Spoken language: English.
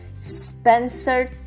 Spencer